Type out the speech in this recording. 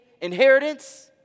inheritance